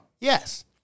Yes